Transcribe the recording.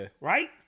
right